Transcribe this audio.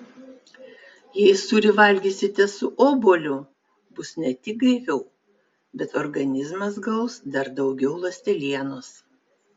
jei sūrį valgysite su obuoliu bus ne tik gaiviau bet organizmas gaus dar daugiau ląstelienos